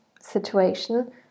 situation